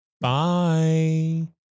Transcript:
Bye